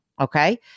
Okay